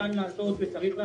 שניתן לעשות וצריך לעשות.